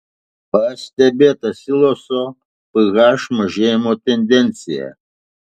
pastebėta siloso ph mažėjimo tendencija